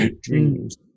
dreams